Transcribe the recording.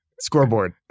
scoreboard